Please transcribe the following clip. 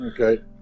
Okay